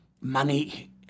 money